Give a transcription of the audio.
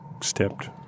stepped